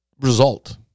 result